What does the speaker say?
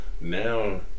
now